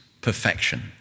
perfection